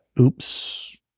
oops